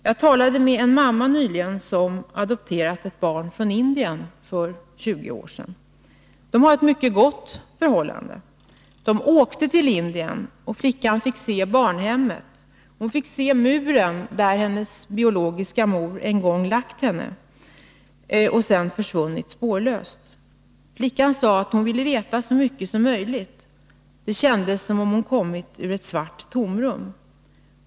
Jag talade nyligen med en mamma som för 20 år sedan adopterat ett barn från Indien. De har ett mycket gott förhållande. De åkte till Indien, och flickan fick se barnhemmet. Hon fick se muren där hennes biologiska mor en gång lagt henne och försvunnit spårlöst. Flickan sade att hon ville veta så mycket som möjligt, det kändes som om hon kommit ur ett svart tomrum.